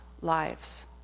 lives